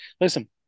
Listen